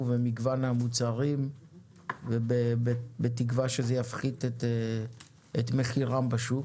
ומגוון המוצרים ובתקווה שזה יפחית את מחירם בשוק,